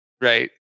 Right